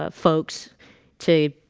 ah folks to